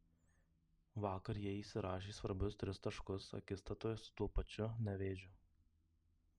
vakar jie įsirašė svarbius tris taškus akistatoje su tuo pačiu nevėžiu